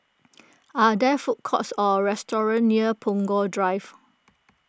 are there food courts or restaurants near Punggol Drive